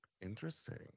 Interesting